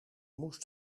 moest